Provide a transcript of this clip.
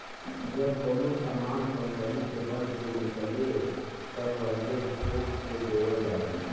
जब कउनो सामान कंपनी से बन के निकले त पहिले थोक से देवल जाला